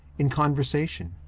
in conversation,